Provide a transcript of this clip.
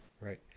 right